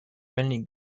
mainly